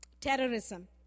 Terrorism